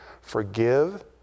forgive